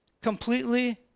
completely